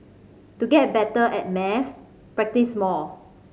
to get better at maths practise more